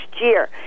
year